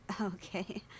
Okay